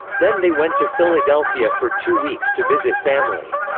then they went to philadelphia for two weeks to visit family.